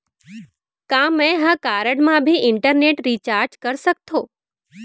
का मैं ह कारड मा भी इंटरनेट रिचार्ज कर सकथो